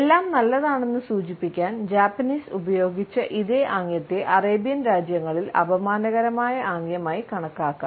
എല്ലാം നല്ലതാണെന്ന് സൂചിപ്പിക്കാൻ ജാപ്പനീസ് ഉപയോഗിച്ച ഇതേ ആംഗ്യത്തെ അറേബ്യൻ രാജ്യങ്ങളിൽ അപമാനകരമായ ആംഗ്യമായി കണക്കാക്കാം